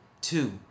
two